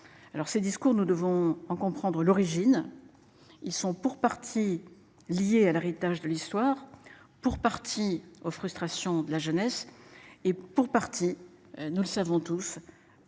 Alors ces discours, nous devons en comprendre l'origine. Ils sont pour partie liée à l'héritage de l'histoire pour partie aux frustrations de la jeunesse et pour partie, nous le savons tous.